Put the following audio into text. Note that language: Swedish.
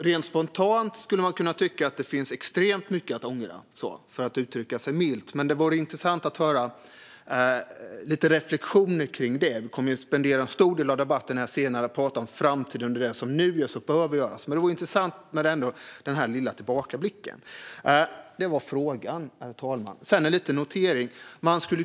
Rent spontant skulle man kunna tycka att det finns extremt mycket att ångra, för att uttrycka sig milt. Men det vore intressant att höra lite reflektioner kring detta. Vi kommer ju att spendera en stor del av debatten här senare åt att prata om framtiden och om det som nu behöver göras. Det vore ändå intressant med denna lilla tillbakablick. Det var frågan, herr talman. Sedan en liten notering.